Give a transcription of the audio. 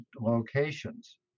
locations